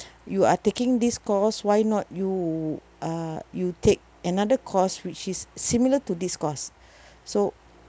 you are taking this course why not you uh you take another course which is similar to this course so